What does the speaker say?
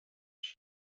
she